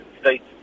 States